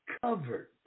covered